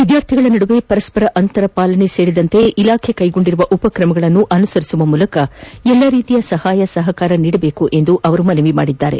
ವಿದ್ಯಾರ್ಥಿಗಳ ನಡುವೆ ಪರಸ್ಪರ ಅಂತರ ಪಾಲನೆ ಸೇರಿದಂತೆ ಇಲಾಖೆ ಕೈಗೊಂಡಿರುವ ಉಪಕ್ರಮಗಳನ್ನು ಅನುಸರಿಸುವ ಮೂಲಕ ಎಲ್ಲ ರೀತಿಯ ಸಹಾಯ ಸಹಕಾರ ನೀಡಬೇಕು ಎಂದು ಅವರು ಮನವಿ ಮಾಡಿದ್ದಾರೆ